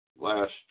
last